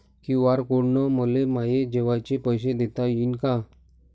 QR code न मले माये जेवाचे पैसे देता येईन का?